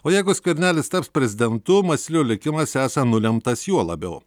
o jeigu skvernelis taps prezidentu masiulio likimas esą nulemtas juo labiau